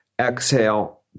Exhale